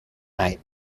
night